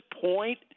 point